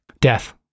death